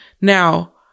Now